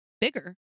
bigger